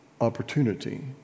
opportunity